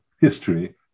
history